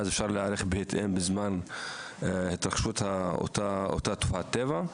ואז אפשר להיערך בהתאם בזמן התרחשות לאותה תופעת טבע,